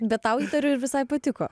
bet tau įtariu ir visai patiko